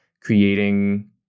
creating